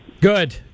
Good